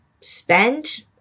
spend